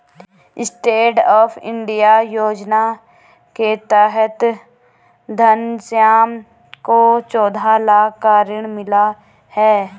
stand up India योजना के तहत घनश्याम को चौदह लाख का ऋण मिला है